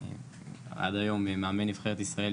עד היום מאמן נבחרת ישראל,